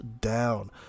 down